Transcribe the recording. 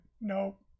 Nope